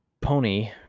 pony